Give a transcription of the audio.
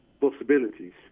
possibilities